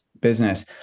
business